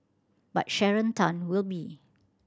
but Sharon Tan will be